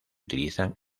utilizan